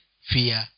fear